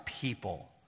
people